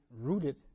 rooted